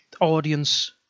audience